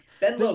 Ben